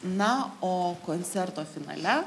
na o koncerto finale